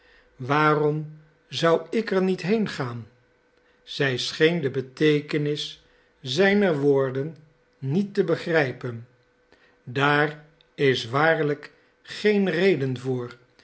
waarom zou ik er niet heengaan zij scheen de beteekenis zijner woorden niet te begrijpen daar is waarlijk geen reden voor